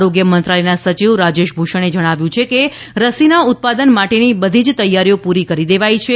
આરોગ્ય મંત્રાલયના સચિવ રાજેશ ભૂષણે જણાવ્યું છે કે રસીના ઉત્પાદન માટેની બધી જ તૈયારીઓ પૂરી કરી લેવાઈ છે